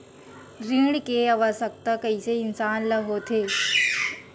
ऋण के आवश्कता कइसे इंसान ला होथे?